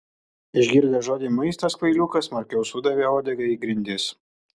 išgirdęs žodį maistas kvailiukas smarkiau sudavė uodega į grindis